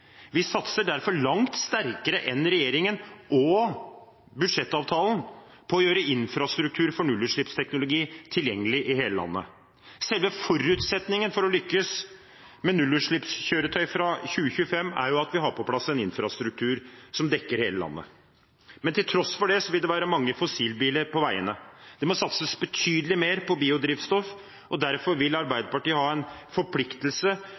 Vi satser derfor langt sterkere enn regjeringen og budsjettavtalen på å gjøre infrastruktur for nullutslippsteknologi tilgjengelig i hele landet. Selve forutsetningen for å lykkes med nullutslippskjøretøy fra 2025 er at vi har på plass en infrastruktur som dekker hele landet, men til tross for det vil det være mange fossilbiler på veiene. Det må satses betydelig mer på biodrivstoff, og derfor vil Arbeiderpartiet ha en forpliktelse